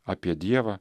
apie dievą